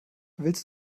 willst